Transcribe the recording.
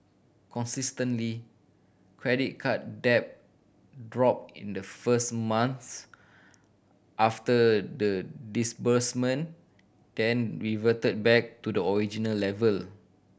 consistently credit card debt dropped in the first month after the disbursement then reverted back to the original level